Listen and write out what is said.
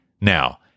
Now